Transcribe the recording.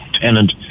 tenant